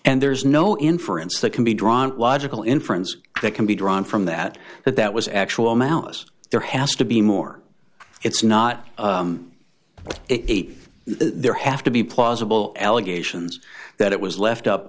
and there is no inference that can be drawn a logical inference that can be drawn from that that that was actual malice there has to be more it's not a there have to be plausible allegations that it was left up